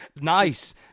Nice